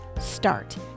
start